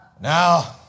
Now